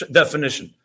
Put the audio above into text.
definition